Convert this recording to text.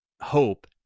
hope